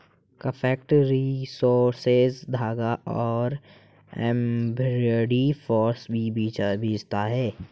craft resources धागा और embroidery floss भी बेचता है